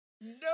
no